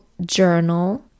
journal